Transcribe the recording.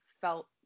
felt